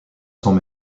sans